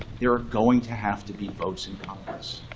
there are going to have to be votes in congress.